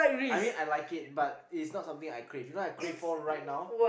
I mean I like it but it's not something I crave you know what I crave for right now